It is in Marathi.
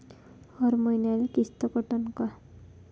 हर मईन्याले किस्त कटन का?